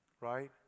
right